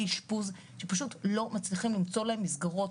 אשפוז שפשוט לא מצליחים למצוא להם מסגרות,